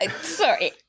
Sorry